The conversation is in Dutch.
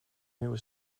nieuwe